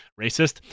racist